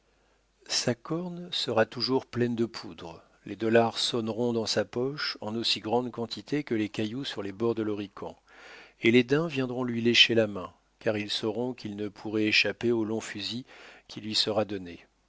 sa corne sera toujours pleine de poudre les dollars sonneront dans sa poche en aussi grande quantité que les cailloux sur les bords de l'horican et les daims viendront lui lécher la main car ils sauront qu'ils ne pourraient échapper au long fusil qui lui sera donné